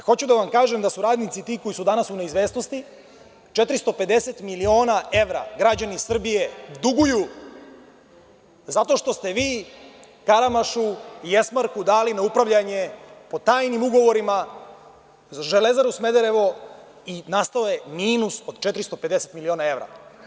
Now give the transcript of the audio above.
Hoću da vam kažem da su radnici ti koji su danas u neizvesnosti – 450 miliona evra građani Srbije duguju zato što ste vi Karamašu i „Esmarku“ dali na upravljanje po tajnim ugovorima „Železaru Smederevo“ i nastao je minut od 450 miliona evra.